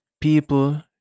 people